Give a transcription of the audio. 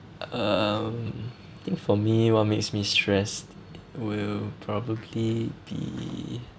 um think for me what makes me stressed will probably be